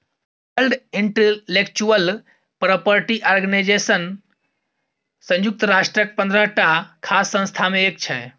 world intellectual property organisation संयुक्त राष्ट्रक पंद्रहटा खास संस्था मे एक छै